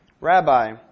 Rabbi